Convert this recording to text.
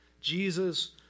Jesus